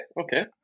Okay